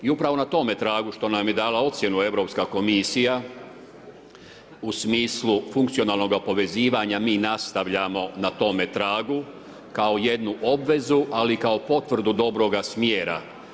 I upravo na tome tragu što nam je dala ocjenu europska komisija, u smislu funkcionalnoga povezivanja mi nastavljamo na tome tragu kao jednu obvezu, ali kao potvrdu dobroga smjera.